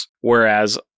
Whereas